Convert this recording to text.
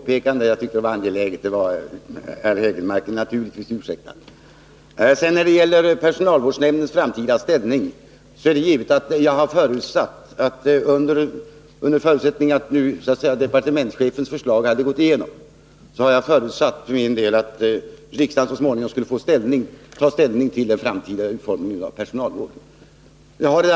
Herr talman! Beträffande benämningen personalvårdsnämnd ville jag bara göra ett påpekande — Eric Hägelmark är naturligtvis ursäktad. Om departementschefens förslag hade gått igenom, förutsatte jag att riksdagen så småningom skulle få besluta om den framtida utformningen av personalvården och personalvårdsnämndens ställning.